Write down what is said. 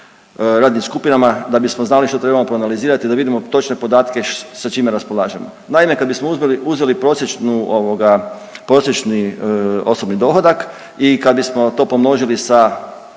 radnim skupinama, da bismo znali što trebamo proanalizirati, da vidimo točne podatke sa čime raspolažemo. Naime, kad bismo uzeli prosječnu ovoga prosječni osobni dohodak i kad bismo to pomnožili sa